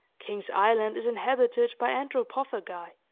king's island is inhabited by anthropophagi,